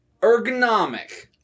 ergonomic